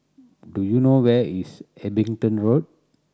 do you know where is Abingdon Road